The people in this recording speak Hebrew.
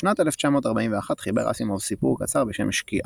בשנת 1941 חיבר אסימוב סיפור קצר בשם "שקיעה",